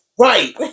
Right